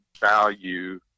value